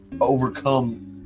overcome